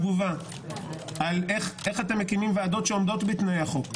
על איך אתם מקימים ועדות שעומדים בתנאי החוק.